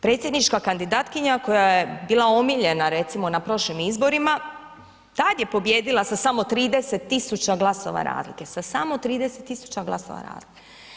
Predsjednička kandidatkinja koja je bila omiljena recimo na prošlim izborima, tad je pobijedila sa samo 30 000 glasova razlike, sa samo 30 000 glasova razlike.